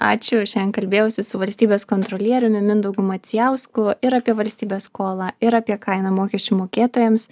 ačiū šiandien kalbėjausi su valstybės kontrolieriumi mindaugu macijausku ir apie valstybės skolą ir apie kainą mokesčių mokėtojams